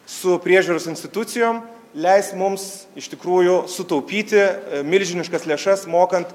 su priežiūros institucijom leis mums iš tikrųjų sutaupyti milžiniškas lėšas mokant